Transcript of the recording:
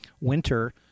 winter